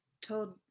told